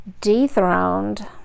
dethroned